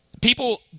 People